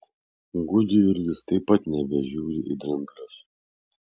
gudjurgis taip pat nebežiūri į dramblius